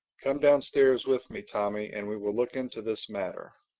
come downstairs with me, tommy, and we will look into this matter.